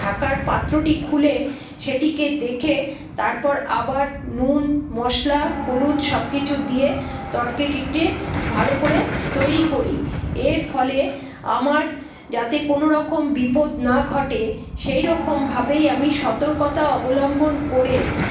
ঢাকার পাত্রটি খুলে সেটিকে দেখে তারপর আবার নুন মশলা হলুদ সব কিছু দিয়ে ভালো করে তৈরি করি এর ফলে আমার যাতে কোনো রকম বিপদ না ঘটে সেই রকম ভাবেই আমি সতর্কতা অবলম্বন করে